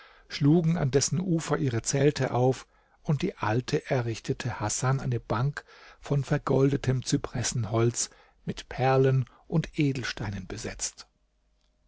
schlugen an dessen ufer ihre zelte auf und die alte errichtete hasan eine bank von vergoldetem zypressenholz mit perlen und edelsteinen besetzt